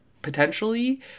Potentially